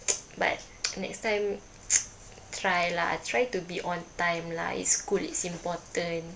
but next time try lah try to be on time lah it's school it's important